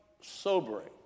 sobering